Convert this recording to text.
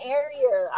area